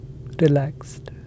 relaxed